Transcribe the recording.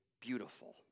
beautiful